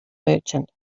merchant